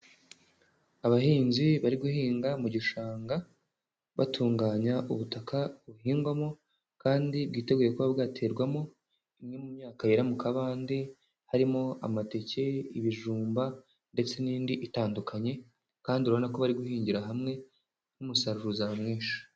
Abahinzi bari guhinga mu gishanga batunganya ubutaka buhingwamo kandi bwiteguye kuba bwaterwamo imwe mu myaka yera mu kabande harimo amateke, ibijumba ndetse n'indi itandukanye, kandi urabona ko bari guhingira hamwe n'umusaruro uzaba mwinshi.